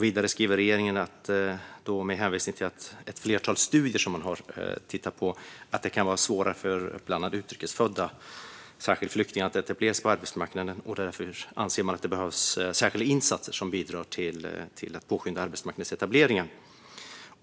Vidare skriver regeringen med hänvisning till ett flertal studier att det kan vara svårt för utrikes födda, särskilt flyktingar, att etablera sig på arbetsmarknaden. Regeringen anser därför att det behövs särskilda insatser som bidrar till att påskynda arbetsmarknadsetableringen.